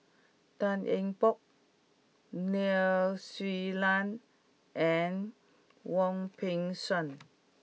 Tan Eng Bock Nai Swee Leng and Wong Peng Soon